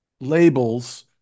labels